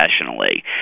professionally